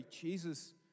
Jesus